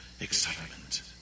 excitement